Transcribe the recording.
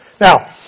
Now